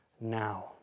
now